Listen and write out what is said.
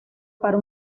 para